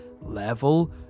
level